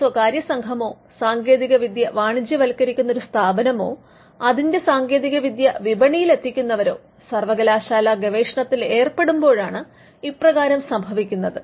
ഒരു സ്വകാര്യ സംഘമോ സാങ്കേതിക വിദ്യ വാണിജ്യവത്കരിക്കുന്ന ഒരു സ്ഥാപനമോ അതിന്റെ സാങ്കേതികവിദ്യ വിപണിയിൽ എത്തിക്കുന്നവരോ സർവകലാശാലാ ഗവേഷണത്തിൽ ഏർപ്പെടുമ്പോഴാണ് ഇപ്രകാരം സംഭവിക്കുന്നത്